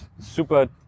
super